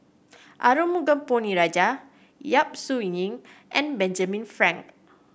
Arumugam Ponnu Rajah Yap Su Yin and Benjamin Frank